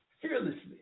fearlessly